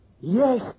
Yes